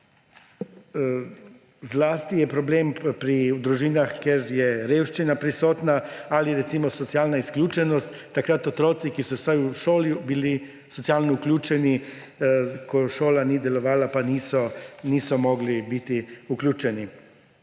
Zlasti je problem pri družinah, kjer je revščina prisotna ali socialna izključenost. Takrat so otroci bili vsaj v šoli socialno vključeni, ko šola ni delovala, pa niso mogli biti vključeni.